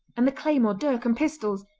and the claymore, dirk and pistols,